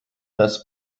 das